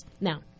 Now